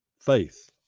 faith